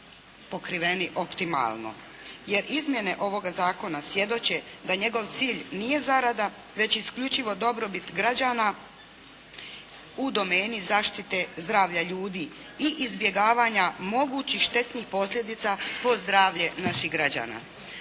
pokriveni optimalno. Jer Izmjene ovoga Zakona svjedoče da njegov cilj nije zarada već isključivo dobrobit građana u domeni zaštite zdravlja ljudi i izbjegavanja mogućih štetnih posljedica po zdravlje naših građana.